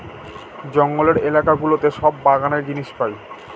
জঙ্গলের এলাকা গুলোতে সব বাগানের জিনিস পাই